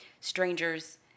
strangers